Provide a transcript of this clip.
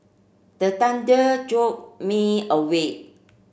the thunder jolt me awake